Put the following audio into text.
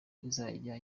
izajya